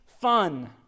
fun